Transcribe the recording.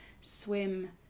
Swim